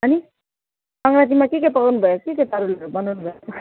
अनि सङ्क्रान्तिमा के के पकाउनु भयो के के बनाउनु भयो